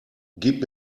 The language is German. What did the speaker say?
gib